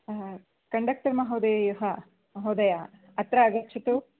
conductor महोदेयः महोदयः अत्र आगच्छतु